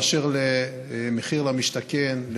אשר למחיר למשתכן,